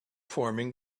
forming